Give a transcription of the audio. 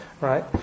right